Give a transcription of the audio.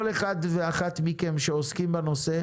בשורה התחתונה אנחנו מצדיעים לכל אחד ואחת מכם שעוסקים בנושא,